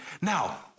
Now